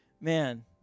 Man